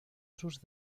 sus